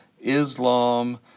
Islam